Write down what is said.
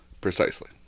Precisely